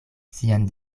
sian